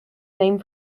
name